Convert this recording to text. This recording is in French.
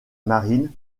marine